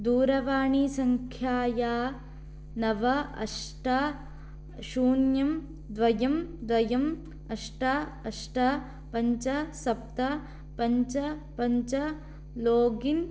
दूरवाणीसङ्ख्यायाः नव अष्ट शून्यं द्वयं द्वयं अष्ट अष्ट पञ्च सप्त पञ्च पञ्च लोगिन्